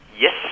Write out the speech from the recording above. Yes